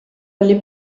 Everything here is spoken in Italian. alle